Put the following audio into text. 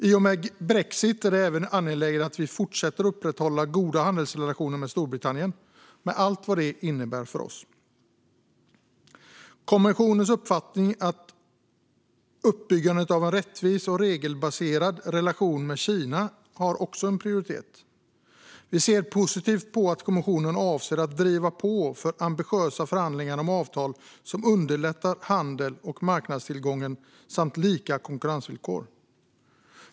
I och med brexit är det även angeläget att vi fortsätter att upprätthålla goda handelsrelationer med Storbritannien, med allt vad det innebär för oss. Kommissionens uppfattning är att uppbyggandet av en rättvis och regelbaserad relation med Kina också har en prioritet. Vi ser positivt på att kommissionen avser att driva på för ambitiösa förhandlingar om avtal som underlättar handeln och marknadstillgången samt lika konkurrensvillkor.